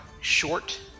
short